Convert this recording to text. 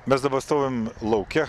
mes dabar stovim lauke